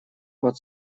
под